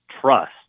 trust